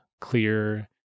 clear